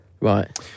Right